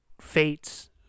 fates